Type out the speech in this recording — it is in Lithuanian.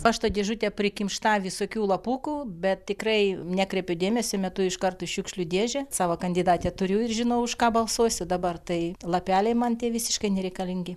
pašto dėžutė prikimšta visokių lapukų bet tikrai nekreipiu dėmesio metu iškart į šiukšlių dėžę savo kandidatę turiu ir žinau už ką balsuosiu dabar tai lapeliai man tie visiškai nereikalingi